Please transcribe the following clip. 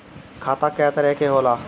खाता क तरह के होला?